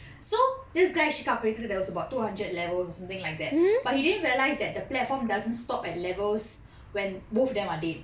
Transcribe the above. so this guy she calculated that there was about two hundred levels something like that but he didn't realise that the platform doesn't stop at levels when both of them are dead